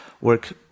work